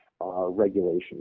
regulations